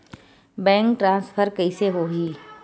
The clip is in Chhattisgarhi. बैंक ट्रान्सफर कइसे होही?